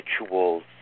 rituals